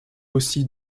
aussi